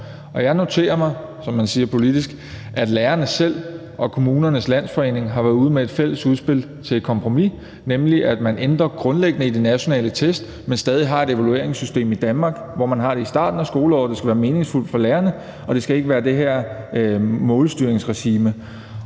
om. Jeg noterer mig, som man siger politisk, at lærerne selv og Kommunernes Landsforening har været ude med et fælles udspil til et kompromis, nemlig at man ændrer grundlæggende i de nationale test, men stadig har et evalueringssystem i Danmark, hvor man har det i starten skoleåret, hvor det skal være meningsfuldt for lærerne, og hvor det ikke skal være det her målstyringsregime,